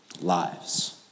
lives